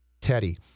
Teddy